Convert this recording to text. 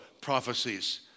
prophecies